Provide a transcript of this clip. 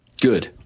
good